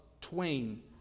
Twain